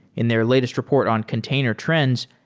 in their latest report on container trends,